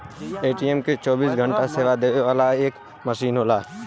ATM चौबीस घंटा सेवा देवे वाला एक मसीन होला